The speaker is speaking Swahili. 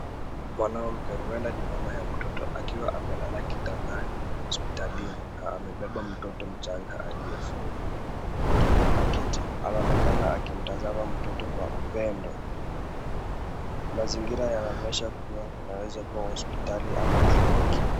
Mwanamke huenda ni mama ya mtoto akiwa amelala kitandani hospitalini na amebeba mtoto mchanga aliyefungwa kwenye blanketi. Anaonekana akimtazama mtoto kwa upendo. Mazingira yanaonyesha kuwa inawezakuwa hospitali ama kliniki.